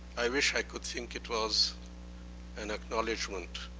i wish i could think it was an acknowledgment